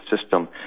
system